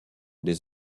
des